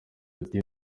ati